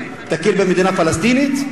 תכיר במדינה פלסטינית,